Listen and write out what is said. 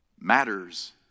matters